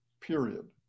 period